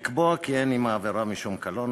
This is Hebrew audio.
לקבוע כי אין עם העבירה משום קלון,